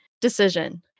decision